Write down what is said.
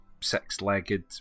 six-legged